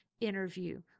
interview